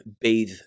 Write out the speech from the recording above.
bathe